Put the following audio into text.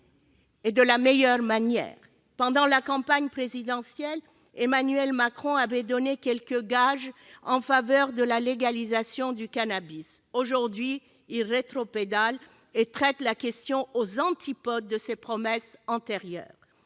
et de la meilleure manière. Pendant la campagne présidentielle, Emmanuel Macron avait donné quelques gages en faveur de la légalisation du cannabis. Aujourd'hui, il rétropédale et traite la question aux antipodes de ses promesses antérieures.